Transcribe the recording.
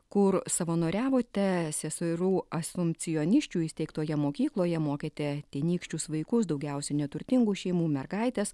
kur savanoriavote seserų asumpcionisčių įsteigtoje mokykloje mokėte tenykščius vaikus daugiausia neturtingų šeimų mergaites